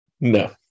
No